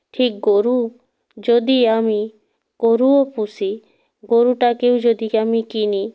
ঠিক গরু যদি আমি গরুও পুষি গরুটাকেও যদি আমি কিনি